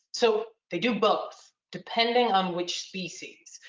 so they do both, depending on which species.